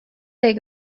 they